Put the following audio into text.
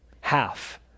Half